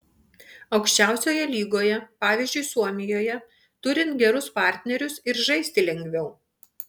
aukščiausioje lygoje pavyzdžiui suomijoje turint gerus partnerius ir žaisti lengviau